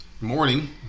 morning